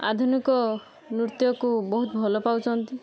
ଆଧୁନିକ ନୃତ୍ୟକୁ ବହୁତ ଭଲ ପାଉଛନ୍ତି